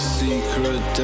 secret